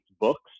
books